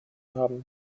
haben